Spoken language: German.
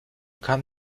kann